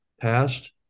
past